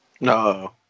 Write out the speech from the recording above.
No